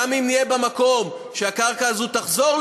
גם אם נהיה במקום שהקרקע הזאת תחזור,